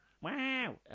Wow